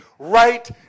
Right